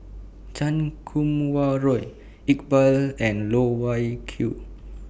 Chan Kum Wah Roy Iqbal and Loh Wai Kiew